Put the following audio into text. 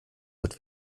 wird